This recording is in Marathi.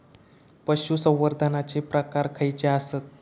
पशुसंवर्धनाचे प्रकार खयचे आसत?